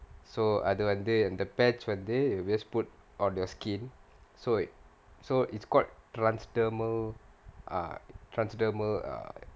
so அது வந்து அந்த:athu vanthu antha patch வந்து:vanthu they just put on your skin so so it's quite plants thermal err transthermal err